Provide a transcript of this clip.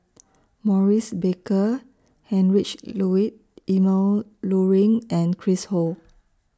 Maurice Baker Heinrich Ludwig Emil Luering and Chris Ho